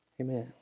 Amen